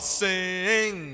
sing